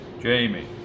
Jamie